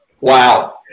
Wow